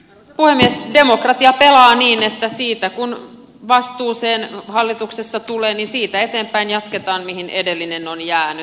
demokratia pelaa niin että kun vastuuseen hallituksessa tulee niin siitä eteenpäin jatketaan mihin edellinen on jäänyt